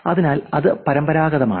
അതിനാൽ അത് പരമ്പരാഗതമാണ്